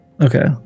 okay